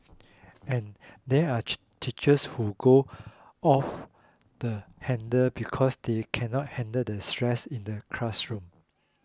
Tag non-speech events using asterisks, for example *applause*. and there are *noise* teachers who go off the handle because they cannot handle the stress in the classroom